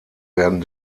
werden